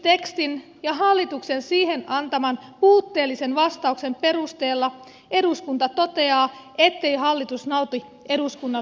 välikysymystekstin ja hallituksen siihen antaman puutteellisen vastauksen perusteella eduskunta toteaa ettei hallitus nauti eduskunnan